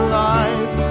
life